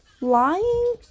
Lying